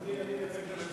אני מייצג את הממשלה,